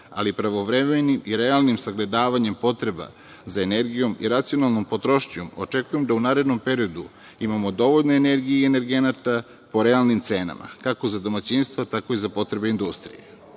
ali pravovremenim i realnim sagledavanjem potreba za energijom i racionalnom potrošnjom očekujemo da u narednom periodu imamo dovoljno energije i energenata po realnim cenama, kako za domaćinstva tako i za potrebe industrije.U